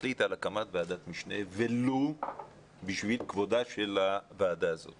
תחליט על הקמת ועדת משנה - ולו בשביל כבודה של הוועדה הזאת